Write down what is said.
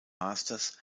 masters